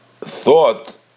thought